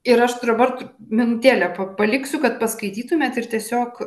ir aš dabar minutėlę pa paliksiu kad paskaitytumėt ir tiesiog